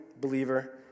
believer